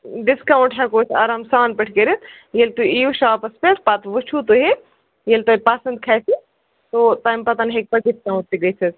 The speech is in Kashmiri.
ڈِسکاوُنٹ ہٮ۪کو أسۍ آرام سان پٲٹھۍ کٔرِتھ ییٚلہِ تُہۍ اِیِو شاپس پٮ۪ٹھ وٕچھُو تُہۍ ییٚتہِ ییٚلہِ تۄہہِ پسنٛد کھژِ تو تمہِ پتن ہیٚکہِ ڈِسکاوُنٹ تہِ گٔژھِتھ